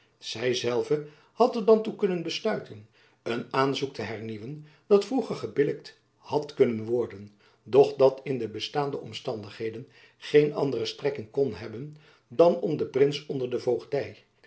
zy zelve had er dan toe kunnen besluiten een aanzoek te hernieuwen dat vroeger gebillijkt had kunnen worden doch dat in de bestaande omstandigheden geen andere strekking kon hebben dan om den prins onder de voogdy